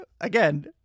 again